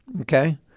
Okay